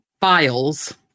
files